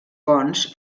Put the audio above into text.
pons